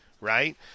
right